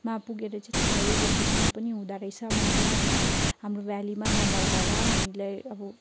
मा पुगेर चाहिँ थाहा भयो भोकेसनल पनि हुँदोरहेछ भनेर होइन हाम्रो भ्यालीमा नभएर होला हामीलाई अब